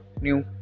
new